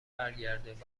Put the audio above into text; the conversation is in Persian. برگردانید